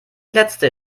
letzte